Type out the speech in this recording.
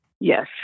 Yes